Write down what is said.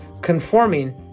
conforming